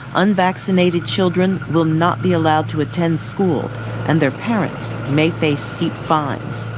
unvaccinated children will not be allowed to attend school and their parents may face steep fines.